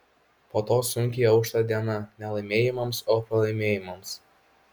po to sunkiai aušta diena ne laimėjimams o pralaimėjimams